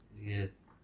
yes